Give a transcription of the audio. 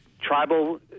Tribal